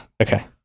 Okay